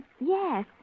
yes